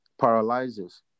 paralyzes